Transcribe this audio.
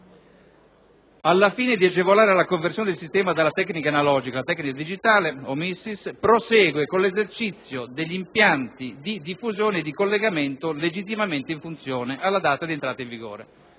«Al fine di agevolare la conversione del sistema dalla tecnica analogica alla tecnica digitale (...) prosegue con l'esercizio degli impianti di diffusione e di collegamento legittimamente in funzione alla data di entrata in vigore»,